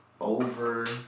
over